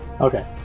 Okay